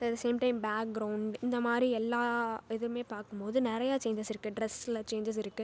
அதே same time background இந்தமாதிரி எல்லா இதுவுமே பார்க்கும்போது நிறைய சேன்ஜஸ் இருக்குது ட்ரெஸில் சேன்ஜஸ் இருக்குது